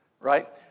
Right